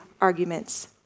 arguments